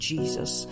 Jesus